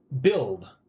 build